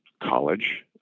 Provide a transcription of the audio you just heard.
college